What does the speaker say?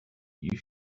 you